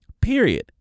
period